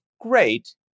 Great